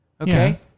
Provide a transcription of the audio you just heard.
Okay